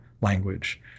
language